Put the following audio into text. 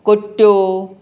कोट्ट्यो